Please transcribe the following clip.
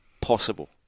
possible